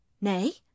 Nay